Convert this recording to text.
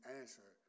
answer